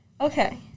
Okay